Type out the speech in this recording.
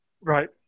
right